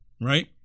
right